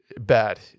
Bad